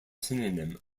synonym